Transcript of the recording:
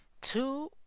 two